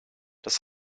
das